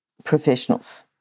professionals